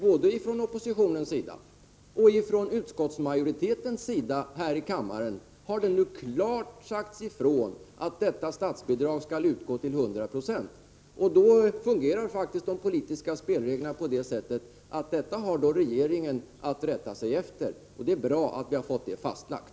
Både från oppositionens sida och från utskottsmajoritetens sida har det nu klart sagts ifrån här i kammaren att detta statsbidrag skall utgå med 100 96. De politiska spelreglerna fungerar så att regeringen faktiskt har att rätta sig efter detta. Det är bra att vi fått detta fastlagt.